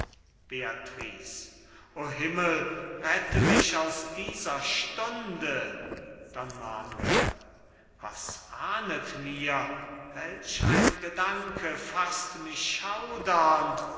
o himmel rette mich aus dieser stunde don manuel was ahnt mir welch ein gedanke faßt mich schaudernd